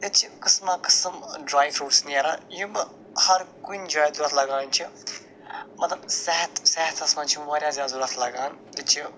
ییٚتہِ چھِ قٕسما قٕسم ڈرٛاے فرٛوٗٹٕس یِمہٕ ہر کُنہِ جایہِ ضوٚرتھ لَگان چھِ مطلب صحت صحتھس منٛز چھِ یِم وارِیاہ زیادٕ ضوٚرَتھ لَگان تہِ چھِ